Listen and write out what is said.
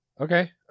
Okay